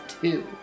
two